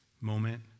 moment